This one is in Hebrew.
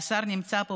והשר נמצא פה,